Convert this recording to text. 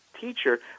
teacher